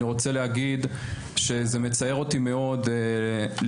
אני רוצה להגיד שזה מצער אותי מאוד להגיע